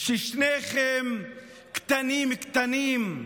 ששניכם קטנים קטנים,